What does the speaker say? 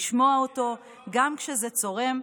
לשמוע אותו גם כשזה צורם,